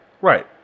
Right